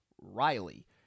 Riley